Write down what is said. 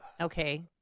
Okay